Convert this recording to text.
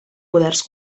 poders